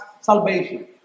salvation